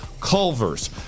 Culver's